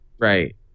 Right